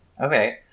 Okay